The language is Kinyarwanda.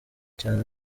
cyane